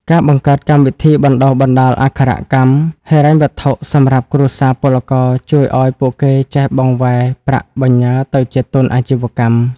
ការបង្កើតកម្មវិធី "បណ្ដុះបណ្ដាលអក្ខរកម្មហិរញ្ញវត្ថុ" សម្រាប់គ្រួសារពលករ ជួយឱ្យពួកគេចេះបង្វែរប្រាក់បញ្ញើទៅជាទុនអាជីវកម្ម។